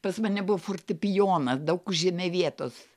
pas mane buvo fortepijonas daug užėmė vietos